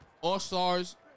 All-Stars